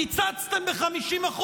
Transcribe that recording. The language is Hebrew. וקיצצתם ב-50%.